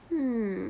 mm